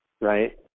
right